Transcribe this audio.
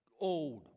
old